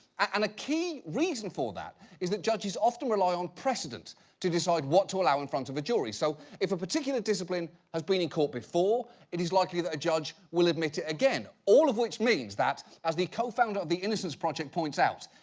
and a key reason for that is that judges often rely on precedent to decide what to allow in front of a jury. so, if a particular discipline has been in court before it is likely that a judge will admit it again. all of which means that as the co-founder of the innocence project points out,